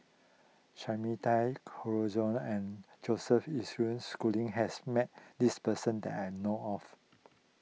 Sumida Haruzo and Joseph Isaac Schooling has met this person that I know of